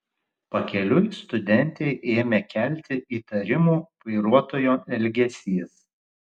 pakeliui studentei ėmė kelti įtarimų vairuotojo elgesys